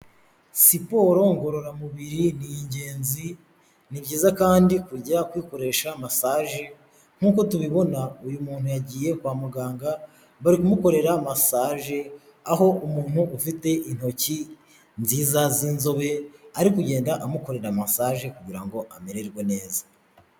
Siporo ngororamubiri ni ingenzi ni byiza kandi kujya kwikoresha masaje nkuko tubibona uyu muntu yagiye kwa muganga bari kumukorera massage aho umuntu ufite intoki nziza z'inzobe ari kugenda amukorera massage kugira ngo amererwe neza.